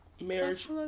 marriage